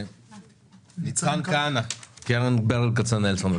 ניצן כהנא, קרן ברל כצנלסון.